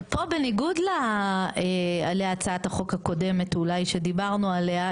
אבל פה בניגוד להצעת החוק הקודמת אולי שדיברנו עליה,